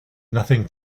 nothing